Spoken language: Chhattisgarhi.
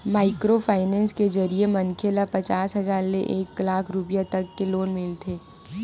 माइक्रो फाइनेंस के जरिए मनखे ल पचास हजार ले एक लाख रूपिया तक के लोन मिलथे